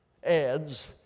ads